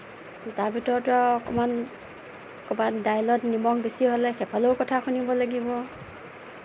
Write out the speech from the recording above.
তাৰ ভিতৰতে আৰু অকণমান ক'ৰবাত দাইলত নিমখ বেছি হ'লে সেইফালেও কথা শুনিব লাগিব